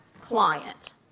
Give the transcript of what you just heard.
client